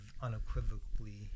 unequivocally